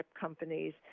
companies